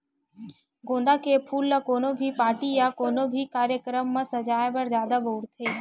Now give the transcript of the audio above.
गोंदा के फूल ल कोनो भी पारटी या कोनो भी कार्यकरम म सजाय बर जादा बउरथे